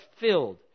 filled